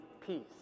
peace